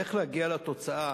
איך להגיע לתוצאה